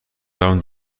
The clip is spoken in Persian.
دارم